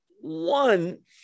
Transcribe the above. one